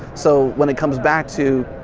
so, when it comes back to,